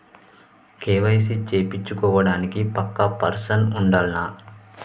KYC చేపిచ్చుకోవడానికి పక్కా person ఉండాల్నా?